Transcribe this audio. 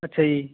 ਅੱਛਾ ਜੀ